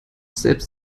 selbst